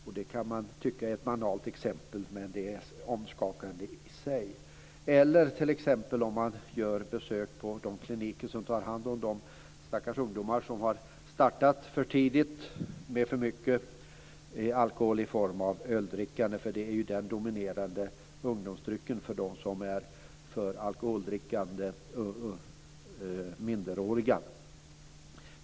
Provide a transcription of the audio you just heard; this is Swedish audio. Och det kan man tycka är ett banalt exempel, men det är omskakande i sig. Omskakande är det också om man gör besök på de kliniker som tar hand om de stackars ungdomar som har startat för tidigt med för mycket alkohol i form av öldrickande, vilket ju är den dominerande ungdomsdrycken för alkoholdrickande minderåriga.